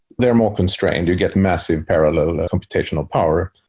they're more constrained. you get mess and parallel computational power,